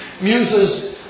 muses